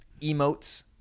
emotes